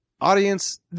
audience